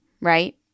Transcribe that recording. right